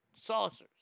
saucers